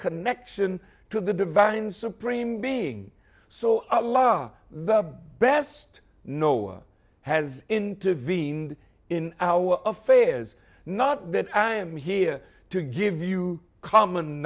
connection to the divine supreme being so are the best no has intervened in our affairs not that i am here to give you common